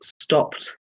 stopped